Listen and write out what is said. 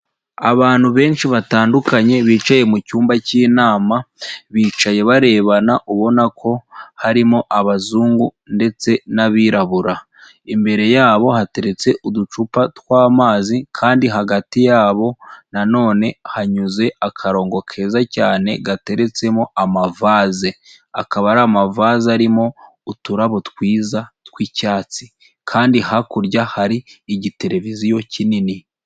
Abantu benshi batandukanye bicaye mu cyumba cy'inama, bicaye barebana ubona ko harimo abazungu ndetse n'abirabura, imbere yabo hateretse uducupa tw'amazi kandi hagati yabo nanone hanyuze akarongo keza cyane gateretsemo amavaze, akaba ari amavaze arimo uturabo twiza tw'icyatsi kandi hakurya hari igiteleviziyo kinini.